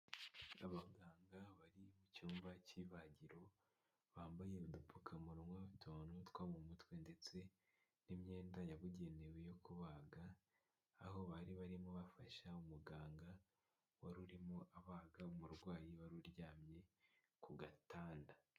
Abaganga bari mu cyumba cy'ibagiro bambaye udupfukamunwa nutwo mu mutwe ndetse n'imyenda yabugenewe yo kubaga aho bari barimo bafasha umuganga warurimo abaga umurwayi wari uryamye ku gatanda.